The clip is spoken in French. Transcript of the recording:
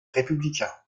républicains